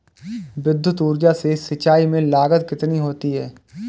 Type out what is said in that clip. विद्युत ऊर्जा से सिंचाई में लागत कितनी होती है?